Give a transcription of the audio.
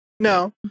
No